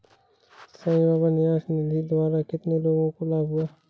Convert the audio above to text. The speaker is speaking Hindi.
साई बाबा न्यास निधि द्वारा कितने लोगों को लाभ हुआ?